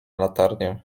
latarnię